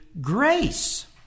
grace